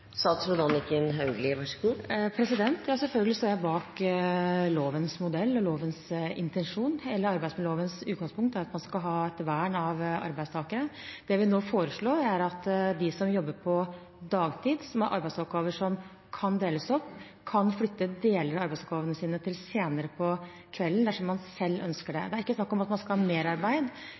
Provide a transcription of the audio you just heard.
Selvfølgelig står jeg bak lovens modell og lovens intensjon. Hele arbeidsmiljølovens utgangspunkt er at man skal ha vern av arbeidstakeren. Det vi nå foreslår, er at de som jobber på dagtid med arbeidsoppgaver som kan deles opp, kan flytte deler av arbeidsoppgavene sine til senere på kvelden dersom de selv ønsker det. Det er ikke snakk om merarbeid eller overtidsarbeid. Det vil fortsatt være regulert på samme måte som før, og det skal